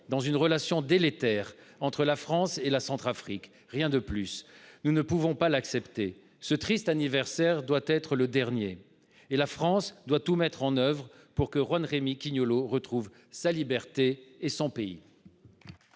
d'une relation délétère entre la France et la Centrafrique. Rien de plus ! Nous ne pouvons pas l'accepter ! Ce triste anniversaire doit être le dernier et la France doit tout mettre en oeuvre pour que Juan Rémy Quignolot retrouve sa liberté et son pays.